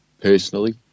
Personally